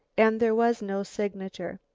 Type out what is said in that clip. and there was no signature.